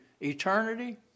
eternity